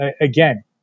again